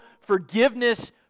forgiveness